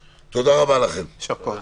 תודה רבה לכם, הישיבה נעולה.